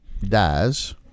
dies